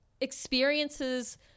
experiences